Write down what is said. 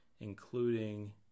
including